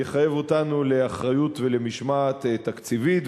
יחייב אותנו לאחריות ולמשמעת תקציבית,